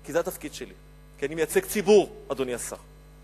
כי זה התפקיד שלי, כי אני מייצג ציבור, אדוני השר,